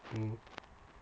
mm